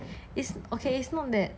it's okay it's not that